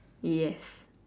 yes